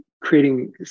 creating